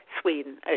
Sweden